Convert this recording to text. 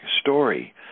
story